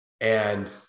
And-